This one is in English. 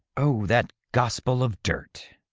oh, that gospel of dirt'!